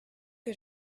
que